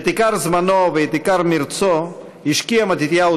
את עיקר זמנו ואת עיקר מרצו השקיע מתתיהו